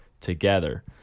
together